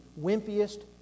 wimpiest